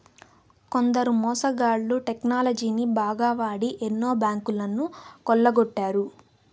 కొందరు మోసగాళ్ళు టెక్నాలజీని బాగా వాడి ఎన్నో బ్యాంకులను కొల్లగొట్టారు